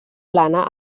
plana